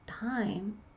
time